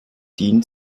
dient